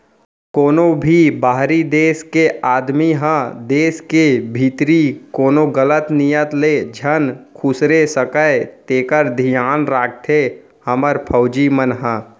कोनों भी बाहिरी देस के आदमी ह देस के भीतरी कोनो गलत नियत ले झन खुसरे सकय तेकर धियान राखथे हमर फौजी मन ह